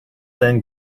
then